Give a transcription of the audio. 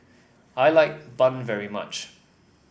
I like bun very much